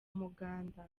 muganda